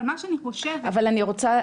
אבל מה שאני חושבת --- אבל אני רוצה,